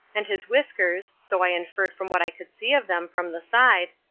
and his whiskers, so i inferred from what i could see of them from the side,